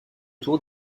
tour